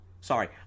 Sorry